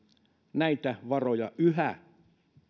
näitä varoja yhä